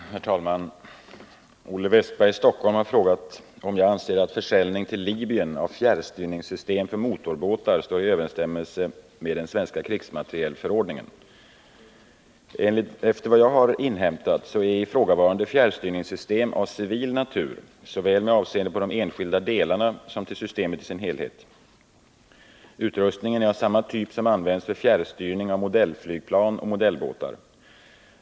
Herr talman! Olle Wästberg i Stockholm har frågat om jag anser att försäljning till Libyen av fjärrstyrningssystem för motorbåtar står i överensstämmelse med den svenska krigsmaterielförordningen. Efter vad jag har inhämtat är ifrågavarande fjärrstyrningssystem av civil natur med avseende på såväl de enskilda delarna som systemet i dess helhet. Utrustningen är av samma typ som används för fjärrstyrning av modellflygplan och modellbåtar.